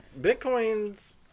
Bitcoins